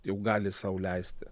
jau gali sau leisti